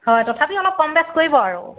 হয় তথাপিও অলপ কম বেছ কৰিব আৰু